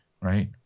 right